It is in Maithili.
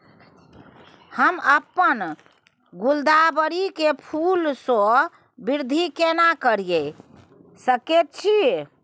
हम अपन गुलदाबरी के फूल सो वृद्धि केना करिये सकेत छी?